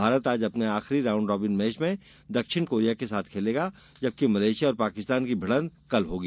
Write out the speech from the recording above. भारत आज अपने आखिरी राउंड रॉबिन मैच में दक्षिण कोरिया के साथ खेलेगा जबकि मलेशिया और पाकिस्तान की भिड़ंत कल होगी